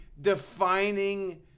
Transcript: defining